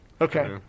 Okay